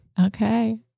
Okay